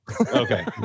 Okay